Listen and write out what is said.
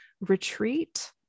retreat